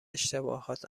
اشتباهات